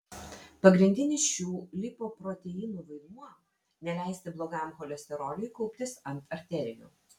pagrindinis šių lipoproteinų vaidmuo neleisti blogajam cholesteroliui kauptis ant arterijų